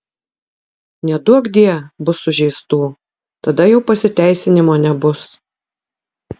neduokdie bus sužeistų tada jau pasiteisinimo nebus